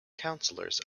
councillors